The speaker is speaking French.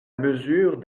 mesure